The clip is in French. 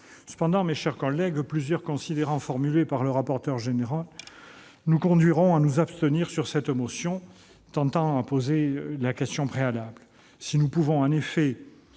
Cependant, mes chers collègues, plusieurs considérants énoncés par le rapporteur général nous conduiront à nous abstenir sur la motion tendant à opposer la question préalable. Si nous pouvons en effet